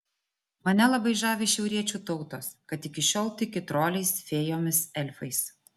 mane labai žavi šiauriečių tautos kad iki šiol tiki troliais fėjomis elfais